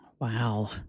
Wow